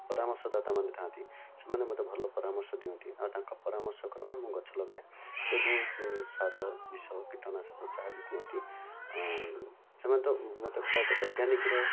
ପରାମର୍ଶଦାତାମାନେ ଥାଆନ୍ତି ସେମାନେ ମୋତେ ଭଲ ପରାମର୍ଶ ଦିଅନ୍ତି ଆଉ ତାଙ୍କ ପରାମର୍ଶକ୍ରମେ ମୁଁ ଗଛ ଲଗାଏ ସେ ଯେଉଁ ସାର ବିଷ କୀଟନାଶକ ଯାହାବି କୁହନ୍ତି ଆଉ ସେମାନେ ତ ମୋତେ ପ୍ରାୟତଃ ଅର୍ଗାନିକ୍ର